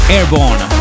Airborne